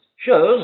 shows